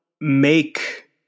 make